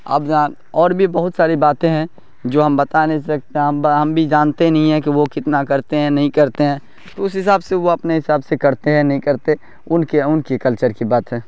اب جہاں اور بھی بہت ساری باتیں ہیں جو ہم بتا نہیں سکتے ہیں ہم بھی جانتے ہی نہیں ہیں کہ وہ کتنا کرتے ہیں نہیں کرتے ہیں تو اس حساب سے وہ اپنے حساب سے کرتے ہیں نہیں کرتے ان کے ان کی کلچر کی بات ہے